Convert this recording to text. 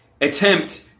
attempt